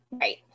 right